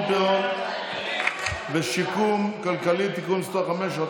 פירעון ושיקום כלכלי (תיקון מס' 5),